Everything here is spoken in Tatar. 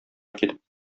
килеп